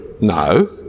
No